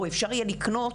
או אפשר יהיה לקנות,